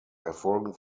erfolgen